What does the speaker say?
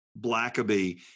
Blackaby